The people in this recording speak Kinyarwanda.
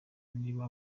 niba